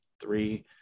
three